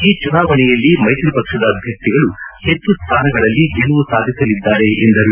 ಈ ಚುನಾವಣೆಯಲ್ಲಿ ಮೈತ್ರಿ ಪಕ್ಷದ ಅಭ್ಯರ್ಥಿಗಳು ಹೆಚ್ಚು ಸ್ಥಾನಗಳಲ್ಲಿ ಗೆಲುವು ಸಾಧಿಸಲಿದ್ದಾರೆ ಎಂದರು